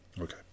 okay